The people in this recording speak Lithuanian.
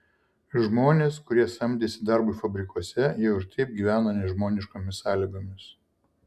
žmonės kurie samdėsi darbui fabrikuose jau ir taip gyveno nežmoniškomis sąlygomis